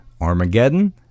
Armageddon